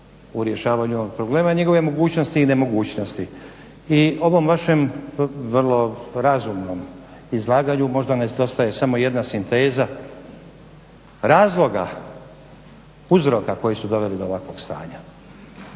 u rješavanju ovog problema i njegove mogućnosti i nemogućnosti i ovom vašem vrlo razumnom izlaganju možda nedostaje samo jedna sinteza razloga uzroka koji su doveli do ovakvog stanja.